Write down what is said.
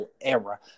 era